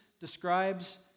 describes